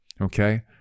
Okay